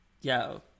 Yo